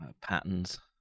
patterns